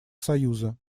союза